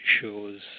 shows